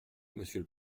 monsieur